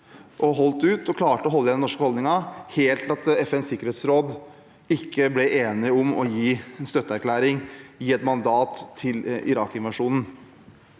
de holdt ut og klarte å holde ved den norske holdningen, helt til FNs sikkerhetsråd ble enige om ikke å gi en støtteerklæring, gi et mandat til Irak-invasjonen.